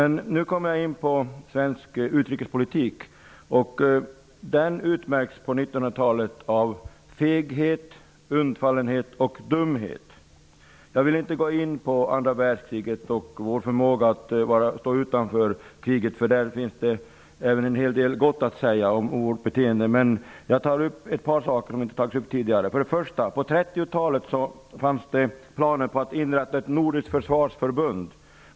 Nu kommer jag in på svensk utrikespolitik. Den utmärks på 1900-talet av feghet, undfallenhet och dumhet. Jag vill inte gå in på andra världskriget och vår förmåga att stå utanför kriget -- det finns även en hel del gott att säga om vårt agerande då -- men jag skall ta upp ett par saker som inte har tagits upp tidigare. På 30-talet fanns planer på att inrätta ett nordiskt försvarsförbund.